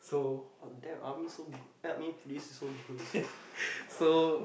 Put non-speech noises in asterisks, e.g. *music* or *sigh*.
oh damn army so good police is so good *noise*